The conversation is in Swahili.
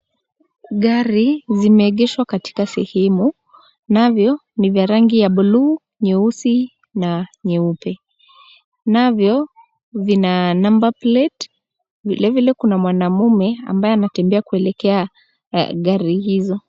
Gari zimeegeshwa katika sehemu, navyo ni vya rangi ya bluu, nyeusi na nyeupe. Navyo vina number plate .Vilevile kuna mwanaume ambaye anatembea kuelekea gari hizo.